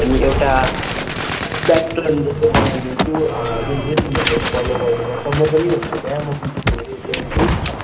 अनि एउटा प्याटर्न जस्तो बनाइदिन्छु जुन चाहिँ तिमीहरूले फलो गर्नु पर्छ म पनि हुन्छु त्यहाँ म सिकाउँछु